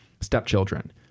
stepchildren